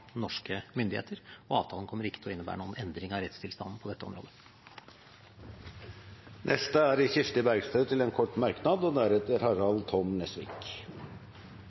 norske myndigheter, og avtalen kommer ikke til å innebære noen endring av rettstilstanden på dette området. Representanten Kirsti Bergstø har hatt ordet to ganger tidligere og får ordet til en kort merknad,